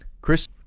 Chris